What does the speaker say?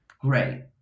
great